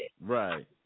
right